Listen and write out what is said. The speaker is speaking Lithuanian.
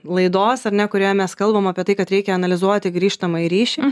laidos ar ne kurioje mes kalbam apie tai kad reikia analizuoti grįžtamąjį ryšį